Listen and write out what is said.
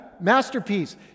masterpiece